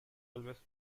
elvis